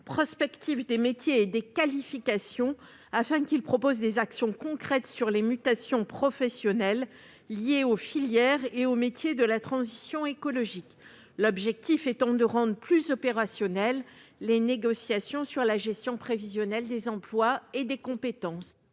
prospectifs des métiers et des qualifications afin qu'ils proposent des actions concrètes sur les mutations professionnelles liées aux filières et aux métiers de la transition écologique, l'objectif étant de rendent plus opérationnels, les négociations sur la gestion prévisionnelle des emplois et des compétences.